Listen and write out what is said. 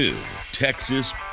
Texas